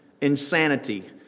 insanity